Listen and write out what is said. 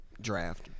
draft